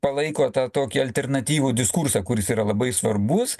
palaiko tą tokį alternatyvų diskursą kuris yra labai svarbus